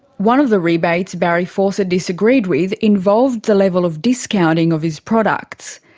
one of the rebates barry fawcett disagreed with involved the level of discounting of his products.